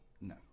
no